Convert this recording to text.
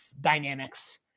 dynamics